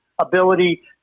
Ability